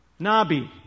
Nabi